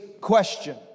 question